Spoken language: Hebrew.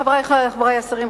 חברי השרים,